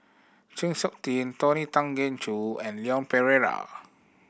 Chng Seok Tin Tony Tan Keng Joo and Leon Perera